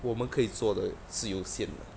我们可以做的是有限